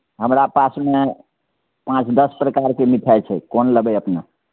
हमरा पासमे पाँच दस प्रकारके मिठाइ छै कोन लेबै अपने